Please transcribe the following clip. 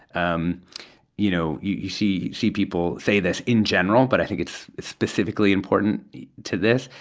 um you know, you you see see people say this in general, but i think it's specifically important to this,